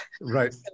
Right